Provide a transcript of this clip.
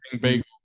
bagel